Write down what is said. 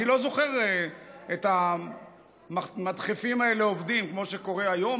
אני לא זוכר את המדחפים האלה עובדים כמו שקורה היום,